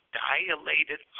dilated